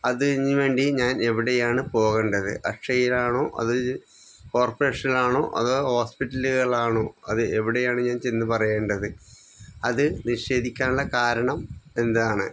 അതിനുവേണ്ടി ഞാൻ എവിടെയാണു പോകണ്ടത് അക്ഷയയിലാണോ അതോ കോർപ്പറേഷനിലാണോ അതോ ഹോസ്പിറ്റലുകളിലാണോ അത് എവിടെയാണ് ഞാൻ ചെന്നു പറയേണ്ടത് അതു നിഷേധിക്കാനുള്ള കാരണം എന്താണ്